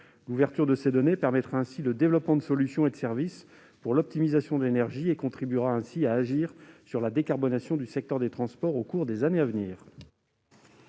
L'ouverture de ces données permettra le développement de solutions et de services pour l'optimisation de l'énergie. Elle contribuera ainsi à la décarbonation du secteur des transports au cours des années à venir